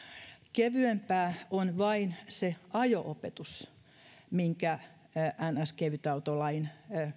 kevyempää on vain se ajo opetus minkä niin sanottu kevytautolain